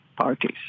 parties